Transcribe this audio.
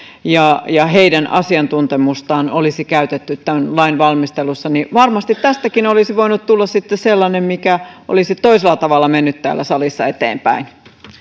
ja ja heidän asiantuntemustaan olisi käytetty tämän lain valmistelussa varmasti tästäkin olisi voinut tulla sitten sellainen joka olisi toisella tavalla mennyt täällä salissa eteenpäin